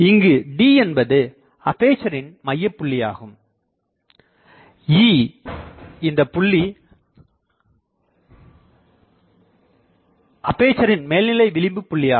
இங்கு D என்பது அப்பேசரின் மையப்புள்ளியாகும் E இந்தப்புள்ளி அப்பேசரின் மேல்நிலை விளிம்பு புள்ளியாகும்